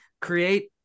create